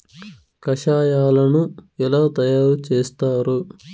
కషాయాలను ఎలా తయారు చేస్తారు?